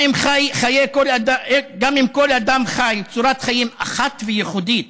גם אם כל אדם חי צורת חיים אחת וייחודית